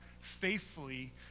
faithfully